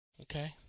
Okay